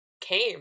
came